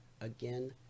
Again